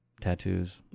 tattoos